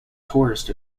tourist